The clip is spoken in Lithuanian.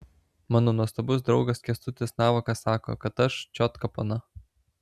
mano nuostabus draugas kęstutis navakas sako kad aš čiotka pana